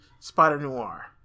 Spider-Noir